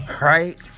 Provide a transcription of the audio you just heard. Right